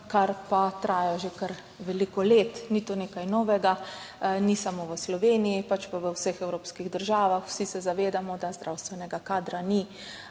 kar pa traja že kar veliko let. Ni to nekaj novega, ni samo v Sloveniji, pač pa v vseh evropskih državah. Vsi se zavedamo, da zdravstvenega kadra ni,